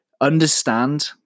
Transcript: Understand